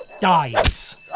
dies